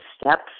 steps